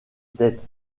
tête